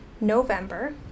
November